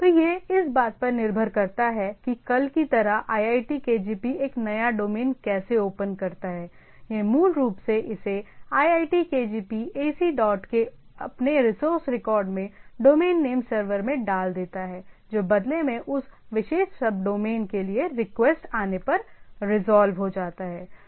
तो यह इस बात पर निर्भर करता है कि कल की तरह iitkgp एक नया डोमेन कैसे ओपन करता है यह मूल रूप से इसे iitkgp एसी डॉट के अपने रिसोर्स रिकॉर्ड में डोमेन नेम सर्वर में डाल देता है जो बदले में उस विशेष सबडोमेन के लिए रिक्वेस्ट आने पर रिजॉल्व हो जाता है